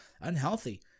unhealthy